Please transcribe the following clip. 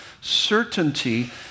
certainty